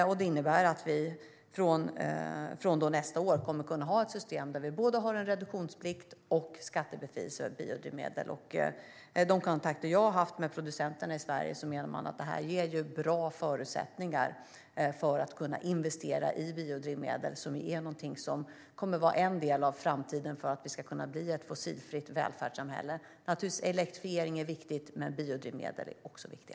Det innebär att vi från nästa år kommer att kunna ha ett system där vi har både reduktionsplikt och skattebefrielse för biodrivmedel. De producenter i Sverige som jag har haft kontakt med menar att det här ger bra förutsättningar för att kunna investera i biodrivmedel, som i framtiden kommer att vara en del för att vi ska kunna bli ett fossilfritt välfärdssamhälle. Elektrifiering är naturligtvis viktigt. Men biodrivmedel är också viktiga.